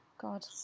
God